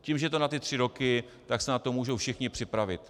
Tím, že je to na tři roky, tak se na to můžou všichni připravit.